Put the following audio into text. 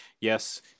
Yes